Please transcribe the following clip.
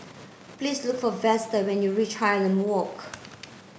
please look for Vester when you reach Highland Walk